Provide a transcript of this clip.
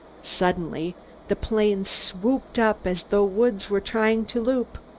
suddenly the plane swooped up as though woods were trying to loop.